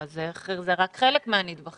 זה רק חלק מהנדבכים.